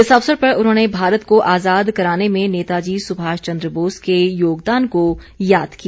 इस अवसर पर उन्होंने भारत को आजाद कराने में नेताजी सुभाष चंद बोस के योगदान को याद किया